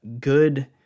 good